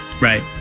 Right